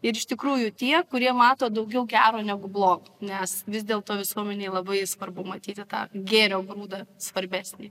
ir iš tikrųjų tie kurie mato daugiau gero negu blogo nes vis dėlto visuomenėje labai svarbu matyti tą gėrio grūdą svarbesnį